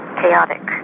chaotic